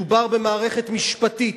מדובר במערכת משפטית,